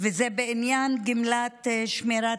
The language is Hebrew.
תשלום גמלה לשמירת